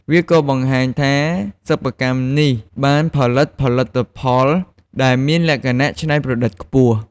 វាក៏បង្ហាញថាសិប្បកម្មនេះ បានផលិតផលិតផលដែលមានលក្ខណៈច្នៃប្រឌិតខ្ពស់។